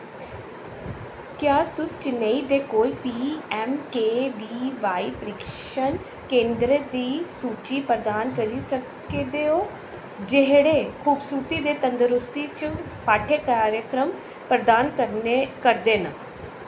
क्या तुस चेन्नई दे कोल P M K V Y प्रशिक्षण केंदरें दी सूची प्रदान करी सकदे ओ जेह्ड़े खूबसूरती ते तंदरुस्ती च पाठ्यक्रम प्रदान करदे न